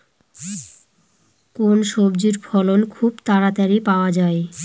কোন সবজির ফলন খুব তাড়াতাড়ি পাওয়া যায়?